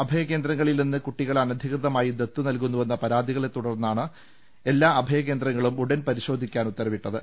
അഭയകേന്ദ്രങ്ങളിൽ നിന്ന് കുട്ടികളെ അനധി കൃതമായി ദത്തുനൽകുന്നു എന്ന പരാതികളെ തുടർന്നാണ് എല്ലാ അഭയകേന്ദ്രങ്ങളും ഉടൻ പരിശോധിക്കാൻ ഉത്തരവിട്ടത്